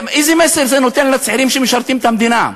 איזה מסר זה נותן לצעירים שמשרתים את המדינה?